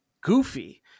goofy